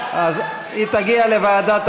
115. אני בעצמי שכחתי: 115 בעד,